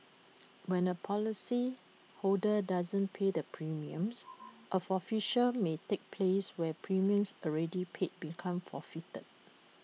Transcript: when A policyholder does not pay the premiums A forfeiture may take place where premiums already paid become forfeited